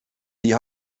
die